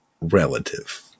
relative